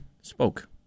spoke